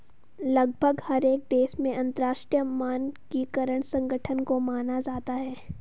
लगभग हर एक देश में अंतरराष्ट्रीय मानकीकरण संगठन को माना जाता है